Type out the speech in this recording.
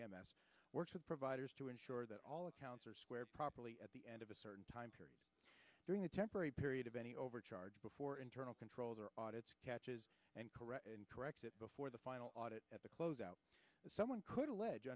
s works with providers to ensure that all accounts are square properly at the end of a certain time period during a temporary period of any overcharge before internal controls are audits catches and correct corrected before the final audit at the close out someone could allege